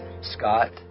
Scott